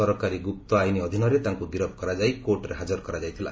ସରକାରୀ ଗୁପ୍ତ ଆଇନ୍ ଅଧୀନରେ ତାଙ୍କୁ ଗିରଫ୍ କରାଯାଇ କୋର୍ଟରେ ହାଜର କରାଯାଇଥିଲା